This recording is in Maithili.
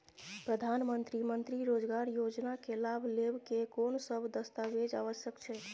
प्रधानमंत्री मंत्री रोजगार योजना के लाभ लेव के कोन सब दस्तावेज आवश्यक छै?